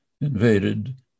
invaded